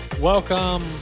Welcome